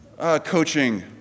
coaching